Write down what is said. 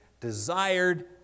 desired